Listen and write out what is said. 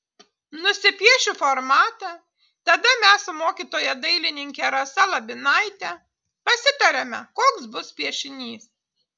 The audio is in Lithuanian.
nusipiešiu formatą tada mes su mokytoja dailininke rasa labinaite pasitariame koks bus piešinys